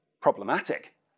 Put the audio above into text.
problematic